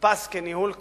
נתפס כניהול כושל.